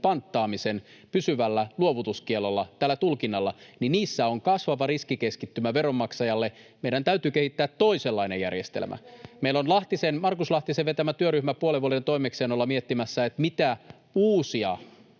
panttaamisen pysyvällä luovutuskiellolla, tällä tulkinnalla, niin niissä on kasvava riskikeskittymä veronmaksajalle. Meidän täytyy kehittää toisenlainen järjestelmä. [Eveliina Heinäluoma: Sen voi muuttaa!] Meillä on Markus Lahtisen vetämä työryhmä puolen vuoden toimeksiannolla miettimässä, mitä uusia